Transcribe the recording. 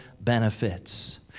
benefits